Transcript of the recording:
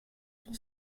pour